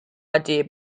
idea